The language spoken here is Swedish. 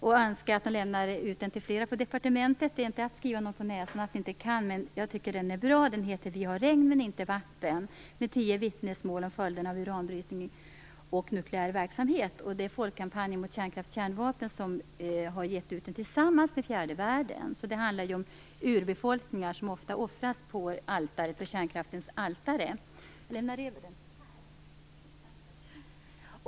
Jag önskar att hon vill låna ut den till fler på departementet. Jag menar inte att skriva någon på näsan att de inte kan detta, men jag tycker att boken är bra. Den heter Vi har regn men inte vatten, och den innehåller tio vittnesmål om följderna av uranbrytning och nukleär verksamhet. Folkkampanjen mot kärnkraftkärnvapen har gett ut den tillsammans med Föreningen för fjärde världen. Den handlar om urbefolkningar, som ofta offras på kärnkraftens altare.